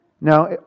Now